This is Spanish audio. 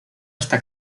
esta